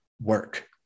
work